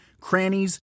crannies